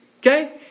Okay